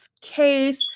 case